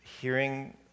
hearing